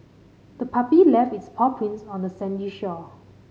the puppy left its paw prints on the sandy shore